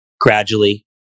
gradually